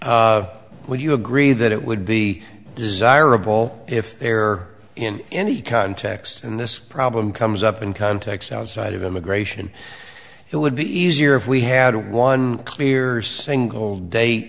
would you agree that it would be desirable if there in any context and this problem comes up in context outside of immigration it would be easier if we had one clear single da